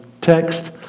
text